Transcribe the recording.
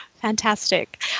Fantastic